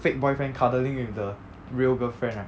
fake boyfriend cuddling with the real girlfriend right